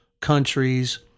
countries